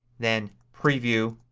then preview,